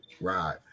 Right